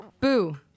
boo